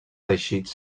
teixits